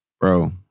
Bro